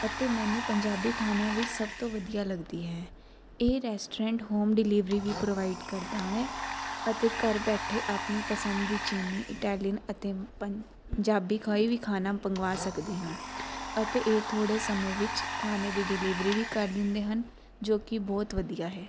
ਅਤੇ ਮੈਨੂੰ ਪੰਜਾਬੀ ਖਾਣਿਆਂ ਵਿੱਚ ਸਭ ਤੋਂ ਵਧੀਆ ਲੱਗਦੀ ਹੈ ਇਹ ਰੈਸਟੋਰੈਂਟ ਹੋਮ ਡਿਲੀਵਰੀ ਵੀ ਪ੍ਰੋਵਾਈਡ ਕਰਦਾ ਹੈ ਅਤੇ ਘਰ ਬੈਠੇ ਆਪਣੀ ਪਸੰਦ ਦੀ ਚੀਨੀ ਇਟਾਲੀਅਨ ਅਤੇ ਪੰਜਾਬੀ ਕੋਈ ਵੀ ਖਾਣਾ ਮੰਗਵਾ ਸਕਦੀ ਹਾਂ ਅਤੇ ਇਹ ਦੀ ਥੋੜ੍ਹੇ ਸਮੇਂ ਵਿੱਚ ਖਾਣੇ ਦੀ ਡਿਲੀਵਰੀ ਵੀ ਕਰ ਦਿੰਦੇ ਹਨ ਜੋ ਕਿ ਬਹੁਤ ਵਧੀਆ ਹੈ